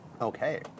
Okay